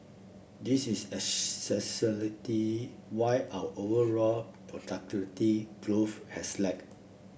this is why our overall productivity growth has lag